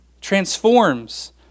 transforms